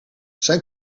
zijn